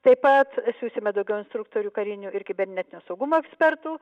taip pat siųsime daugiau instruktorių karinių ir kibernetinio saugumo ekspertų